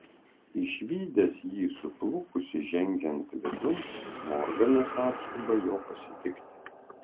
išvydęs jį suplukusį žengiant vidun morganas atskuba jo pasitikti